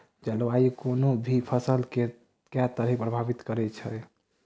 जलवायु कोनो भी फसल केँ के तरहे प्रभावित करै छै?